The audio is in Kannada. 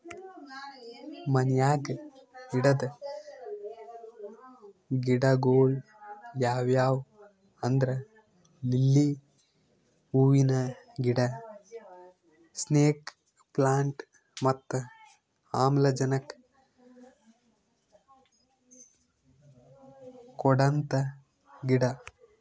ಮನ್ಯಾಗ್ ಇಡದ್ ಗಿಡಗೊಳ್ ಯಾವ್ಯಾವ್ ಅಂದ್ರ ಲಿಲ್ಲಿ ಹೂವಿನ ಗಿಡ, ಸ್ನೇಕ್ ಪ್ಲಾಂಟ್ ಮತ್ತ್ ಆಮ್ಲಜನಕ್ ಕೊಡಂತ ಗಿಡ